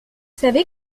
savez